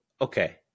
okay